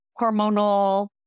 hormonal